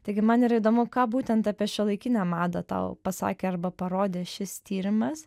taigi man yra įdomu ką būtent apie šiuolaikinę madą tau pasakė arba parodė šis tyrimas